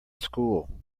school